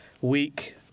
week